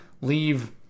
leave